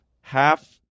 half